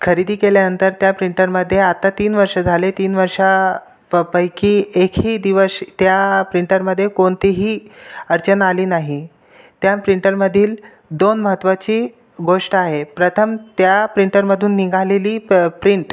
खरेदी केल्यानंतर त्या प्रिंटरमध्ये आता तीन वर्ष झाली तीन वर्षापपैकी एकही दिवस त्या प्रिंटरमध्ये कोणतीही अडचण आली नाही त्या प्रिंटरमधील दोन महत्त्वाची गोष्ट आहे प्रथम त्या प्रिंटरमधून निघालेली प प्रिंट